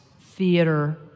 theater